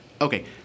Okay